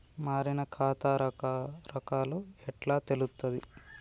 మారిన ఖాతా రకాలు ఎట్లా తెలుత్తది?